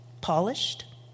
Polished